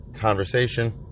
conversation